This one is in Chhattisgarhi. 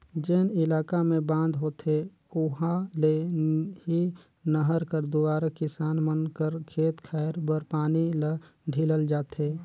जेन इलाका मे बांध होथे उहा ले ही नहर कर दुवारा किसान मन कर खेत खाएर बर पानी ल ढीलल जाथे